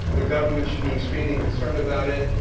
the government should be extremely concerned about it.